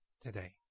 today